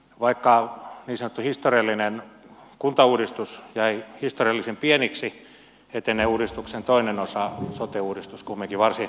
vaikka niin sanottu historiallinen kuntauudistus jäi historiallisen pieneksi etenee uudistuksen toinen osa sote uudistus kumminkin varsin joutuisasti